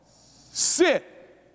sit